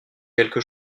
quelque